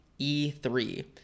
E3